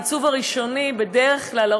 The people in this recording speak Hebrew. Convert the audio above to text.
העיצוב הראשוני בדרך כלל,